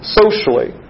socially